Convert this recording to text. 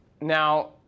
Now